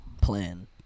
plan